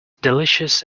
delicious